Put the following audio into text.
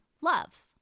love